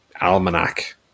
almanac